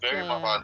yeah